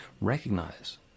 recognize